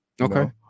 okay